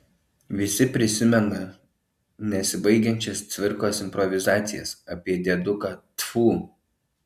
visi prisimena nesibaigiančias cvirkos improvizacijas apie dėduką tfu